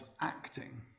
acting